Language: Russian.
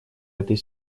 этой